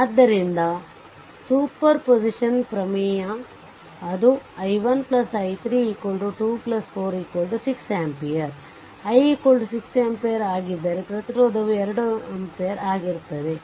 ಆದ್ದರಿಂದ ಸೂಪರ್ಪೋಸಿಷನ್ ಪ್ರಮೇಯ ಅದು i1 i3 2 4 6 ampere ಮತ್ತು i 6 ಆಂಪಿಯರ್ ಆಗಿದ್ದರೆ ಪ್ರತಿರೋಧವು 2 Ω ಆಗಿತ್ತು